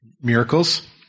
miracles